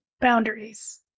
Boundaries